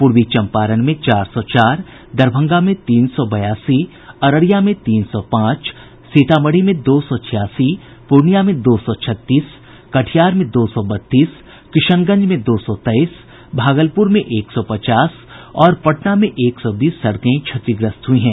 पूर्वी चम्पारण में चार सौ चार दरभंगा में तीन सौ बयासी अररिया में तीन सौ पांच सीतामढ़ी में दो सौ छियासी पूर्णियां में दो सौ छत्तीस कटिहार में दो सौ बत्तीस किशनगंज में दो सौ तेईस भागलपुर में एक सौ पचास और पटना में एक सौ बीस सड़के क्षतिग्रस्त हुई हैं